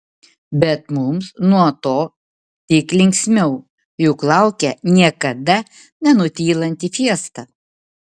bet mums nuo to tik linksmiau juk laukia niekada nenutylanti fiesta